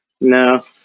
No